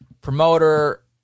promoter